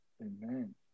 Amen